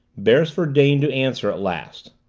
beresford deigned to answer at last.